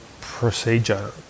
procedure